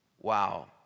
Wow